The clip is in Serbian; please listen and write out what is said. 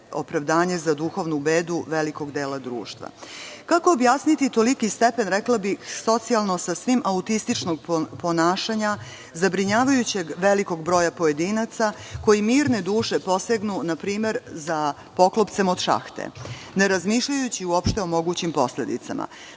za duhovnu bedu velikog dela društva? Kako objasniti toliti stepen, rekla bih, socijalno sasvim autističkog ponašanja zabrinjavajućeg velikog broja pojedinaca koji mirne duše posegnu npr. za poklopcem od šahte, ne razmišljajući o mogućim posledicama?